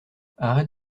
arrête